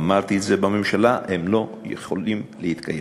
אמרתי את זה בממשלה הם לא יכולים להתקיים.